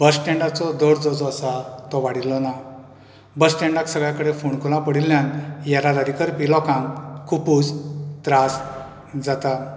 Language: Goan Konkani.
बसस्टेंडाचो दर्जो जो आसा तो वाडिल्लो ना बसस्टेंडाक सगळ्या कडेन फोणकुलां पडिल्यान येरादारी करपी लोकांक खुबूच त्रास जाता